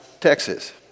Texas